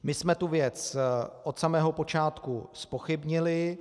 My jsme tu věc od samého počátku zpochybnili.